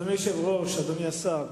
אדוני היושב-ראש, אדוני השר,